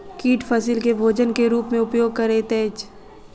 कीट फसील के भोजन के रूप में उपयोग करैत अछि